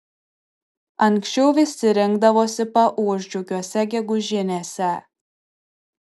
anksčiau visi rinkdavosi paūžt džiugiose gegužinėse